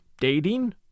dating